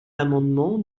l’amendement